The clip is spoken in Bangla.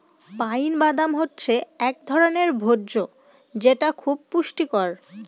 পাইন বাদাম হচ্ছে এক ধরনের ভোজ্য যেটা খুব পুষ্টিকর